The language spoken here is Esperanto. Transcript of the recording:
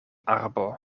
arbo